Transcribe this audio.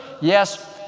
Yes